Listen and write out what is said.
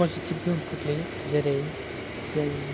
positive गोहोम खोख्लैयो जेरै जों